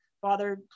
father